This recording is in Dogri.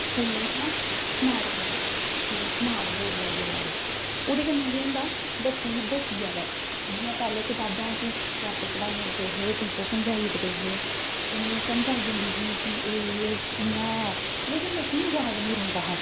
स्कूलें च ना स्मार्ट क्लास स्मार्ट बोर्ड लाई ओड़ा दे ओह्दे कन्नै केह् होंदा बच्चें गी दस्सियै करदे जि'यां पैह्ले कताबां चूं चैप्टर पढ़ाए जंदे हे टीचर समझाई उड़दे हे उ'नें गी समझ आई जंदी ही कि एह् एह् इ'यां ऐ लेकिन बच्चें गी याद ऐनी रौंह्दा ऐ हा